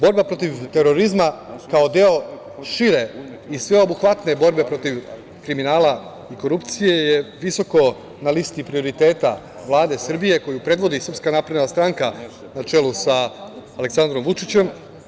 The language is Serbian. Borba protiv terorizma kao deo šire i sveobuhvatne borbe protiv kriminala i korupcije je visoko na listi prioriteta Vlade Srbije koju predvodi SNS na čelu sa Aleksandrom Vučićem.